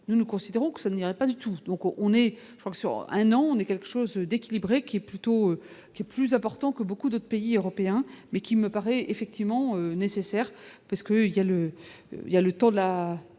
nous, nous considérons que ça n'irait pas du tout, donc on est sur un an, on est quelque chose d'équilibré qui est plutôt qui est plus important que beaucoup de pays européens, mais qui me paraît effectivement nécessaire. Parce que il y a le il y a